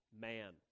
man